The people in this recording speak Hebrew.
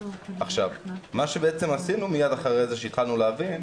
מה שבעצם עשינו מיד אחרי זה, שהתחלנו להבין,